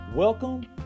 Welcome